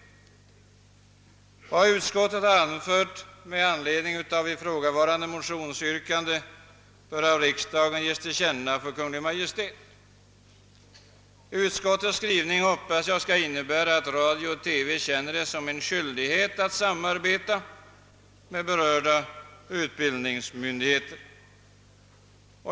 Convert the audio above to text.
Vad utskottet har anfört i anledning av ifrågavarande motionsyrkande bör av riksdagen ges till känna för Kungl. Maj:t. Jag hoppas att utskottets skrivning skall innebära att radio och TV känner det som en skyldighet att samarbeta med berörda utbildningsmyndigheter.